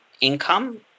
income